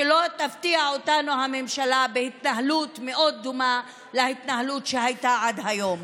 שלא תפתיע אותנו הממשלה בהתנהלות מאוד דומה להתנהלות שהייתה עד היום.